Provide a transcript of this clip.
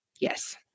Yes